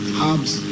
hubs